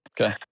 Okay